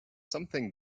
something